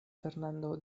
fernando